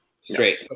straight